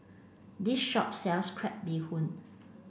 this shop sells crab bee hoon